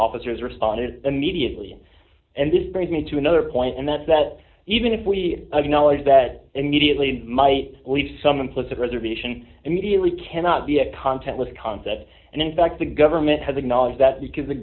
officers responded immediately and this brings me to another point and that is that even if we have knowledge that immediately might leave some implicit reservation immediately cannot be a content less concept and in fact the government has acknowledged that because the